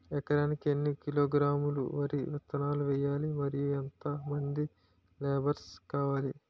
ఎకరానికి ఎన్ని కిలోగ్రాములు వరి విత్తనాలు వేయాలి? మరియు ఎంత మంది లేబర్ కావాలి?